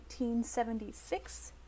1976